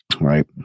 right